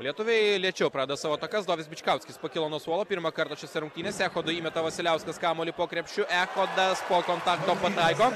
lietuviai lėčiau pradeda savo atakas dovis bičkauskis pakilo nuo suolo pirmą kartą šiose rungtynėse įmeta vasiliauskas kamuolį po krepšiu ehodas po kontakto pataiko